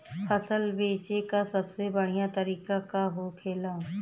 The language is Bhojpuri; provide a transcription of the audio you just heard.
फसल बेचे का सबसे बढ़ियां तरीका का होखेला?